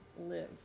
live